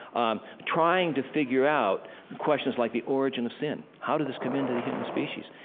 um, trying to figure out questions like the origin of sin. how did this come into the human species?